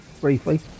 briefly